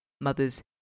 mothers